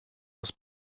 was